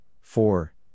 four